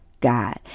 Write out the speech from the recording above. God